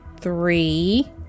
three